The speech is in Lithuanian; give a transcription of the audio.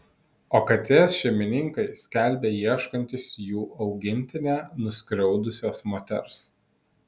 o katės šeimininkai skelbia ieškantys jų augintinę nuskriaudusios moters